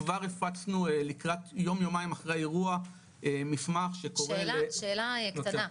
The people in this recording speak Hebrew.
כבר הפצנו יום יומיים אחרי האירוע מסמך שקורא --- שאלה קטנה,